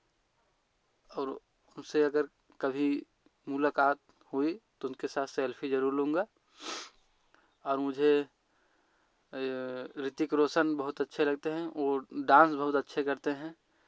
और उनसे अगर कभी मुलाकात हुई तो उनके साथ सेल्फी ज़रूर लूँगा और मुझे रितिक रोशन बहुत अच्छे लगते है वह डांस बहुत अच्छे करते हैं